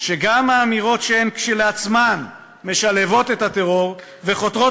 שגם אמירות שהן כשלעצמן משלהבות את הטרור וחותרות